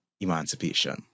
emancipation